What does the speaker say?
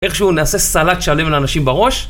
איכשהו נעשה סלט שלם לאנשים בראש,